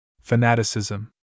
Fanaticism